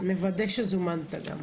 כן, נוודא שזומנת גם.